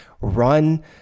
run